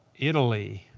italy,